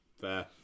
fair